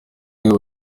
nibo